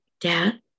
Dad